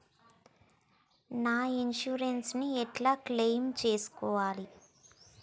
నా ఇన్సూరెన్స్ ని ఎట్ల క్లెయిమ్ చేస్కోవాలి?